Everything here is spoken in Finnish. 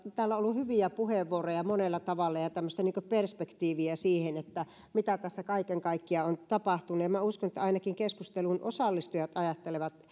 täällä on ollut hyviä puheenvuoroja monella tavalla ja perspektiiviä siihen mitä tässä kaiken kaikkiaan on tapahtunut minä uskon että ainakin keskusteluun osallistujat ajattelevat